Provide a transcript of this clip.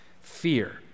fear